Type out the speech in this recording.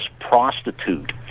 prostitute